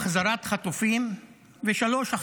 החזרת חטופים, ו-3.